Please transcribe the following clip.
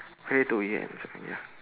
play do we enjoy ya